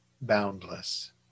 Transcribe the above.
boundless